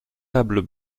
tables